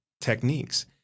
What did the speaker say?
techniques